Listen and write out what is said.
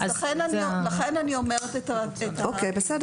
לכן אני מציינת את העמימות.